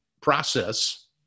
process